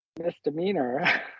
misdemeanor